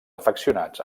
afeccionats